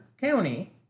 county